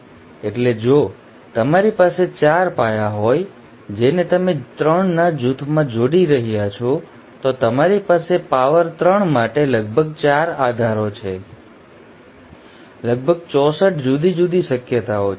એટલે જો તમારી પાસે ૪ પાયા હોય જેને તમે ૩ના જૂથમાં જોડી રહ્યા છો તો તમારી પાસે પાવર ૩ માટે લગભગ ૪ આધારો છે લગભગ ૬૪ જુદી જુદી શક્યતાઓ છે